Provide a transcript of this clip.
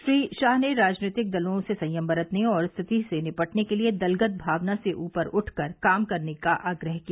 श्री शाह ने राजनीतिक दलों से संयम बरतने और स्थिति से निपटने के लिए दलगत भावना से उपर उठकर काम करने का आग्रह किया